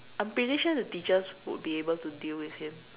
I'm pretty sure the teachers would be able to deal with him